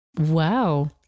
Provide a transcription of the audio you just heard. Wow